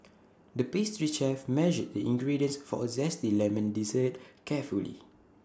the pastry chef measured the ingredients for A Zesty Lemon Dessert carefully